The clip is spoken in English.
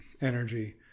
energy